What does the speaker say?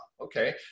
okay